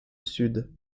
sud